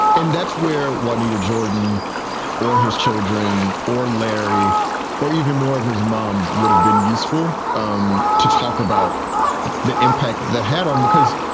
and that's where we need a jordan or his children or larry or even more of his mom would have been useful um to talk about the impact that had on because,